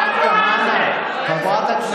כל כך הרבה מילים,